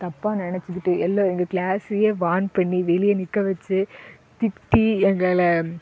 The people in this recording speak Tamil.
தப்பாக நெனைச்சுக்கிட்டு எல்லாம் எங்கள் கிளாஸையே வார்ன் பண்ணி வெளியே நிற்க வெச்சு திட்டி எங்களை